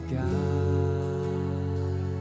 god